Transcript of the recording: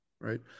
right